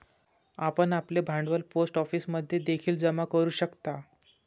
आपण आपले भांडवल पोस्ट ऑफिसमध्ये देखील जमा करू शकता